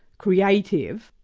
creative,